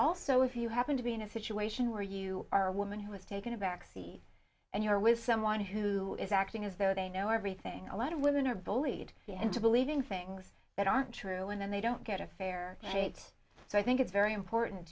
also if you happen to be in a situation where you are a woman who has taken a backseat and you are with someone who is acting as though they know everything a lot of women are bullied into believing things that aren't true and then they don't get a fair hate so i think it's very important